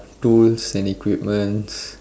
tools and equipments